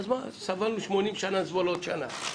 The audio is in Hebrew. סבלנו 80 שנה, נסבול עוד שנה.